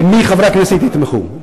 במי חברי הכנסת יתמכו.